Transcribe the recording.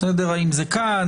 האם זה כאן,